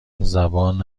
زبان